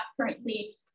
currently